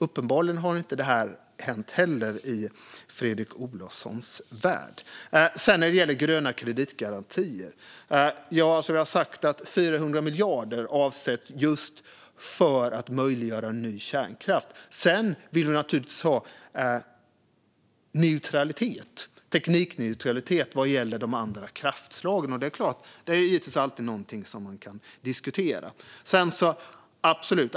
Uppenbarligen har inte heller detta hänt i Fredrik Olovssons värld. När det gäller gröna kreditgarantier har 400 miljarder avsatts för att möjliggöra ny kärnkraft. Sedan vill vi naturligtvis ha teknikneutralitet vad gäller de andra kraftslagen. Detta är givetvis alltid något som man kan diskutera.